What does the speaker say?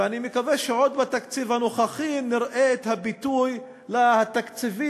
ואני מקווה שכבר בתקציב הנוכחי נראה את הביטוי התקציבי